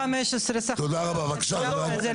טוב, יש לי 15 סך הכול, חילקת את זה לקבוצות.